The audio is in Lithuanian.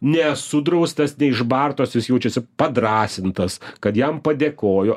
nesudraustas neišbartas o jis jaučiasi padrąsintas kad jam padėkojo